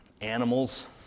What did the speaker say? animals